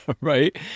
Right